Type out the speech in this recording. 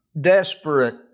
desperate